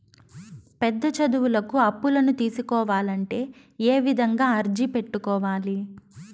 పెద్ద చదువులకు అప్పులను తీసుకోవాలంటే ఏ విధంగా అర్జీ పెట్టుకోవాలి?